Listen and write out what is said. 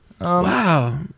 Wow